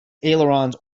ailerons